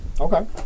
Okay